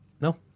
No